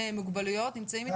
הממשלה.